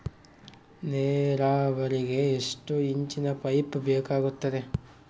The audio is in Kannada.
ನೇರಾವರಿಗೆ ಎಷ್ಟು ಇಂಚಿನ ಪೈಪ್ ಬೇಕಾಗುತ್ತದೆ?